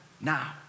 now